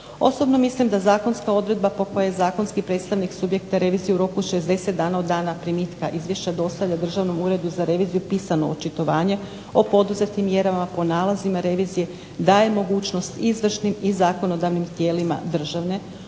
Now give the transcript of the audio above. Osobno mislim da zakonska odredba po kojoj zakonski predstavnik subjekte revizije u roku 60 dana od dana primitka izvješća dostavlja Državnom uredu za reviziju pisano očitovanje o poduzetim mjerama po nalazima revizije, daje mogućnost izvršnim i zakonodavnim tijelima državne,